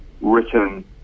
written